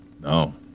No